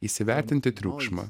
įsivertinti triukšmą